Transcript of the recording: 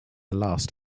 last